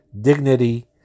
dignity